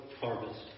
harvest